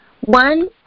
One